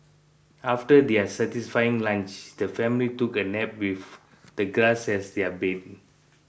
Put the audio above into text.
after their satisfying lunch the family took a nap with the grass as their bed